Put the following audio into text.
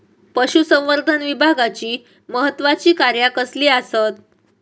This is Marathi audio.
पशुसंवर्धन विभागाची महत्त्वाची कार्या कसली आसत?